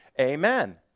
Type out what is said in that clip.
Amen